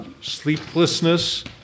sleeplessness